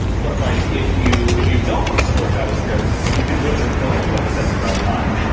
but like if you if you don't want to support javascript, you can build your own webassembly runtime,